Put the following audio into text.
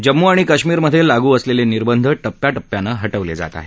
जम्मू आणि काश्मीरमध्ये लागू असलेले निर्बंध टप्प्याटप्प्यानं हटवले जात आहेत